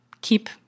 keep